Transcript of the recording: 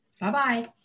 Bye-bye